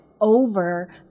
over